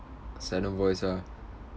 silent voice ah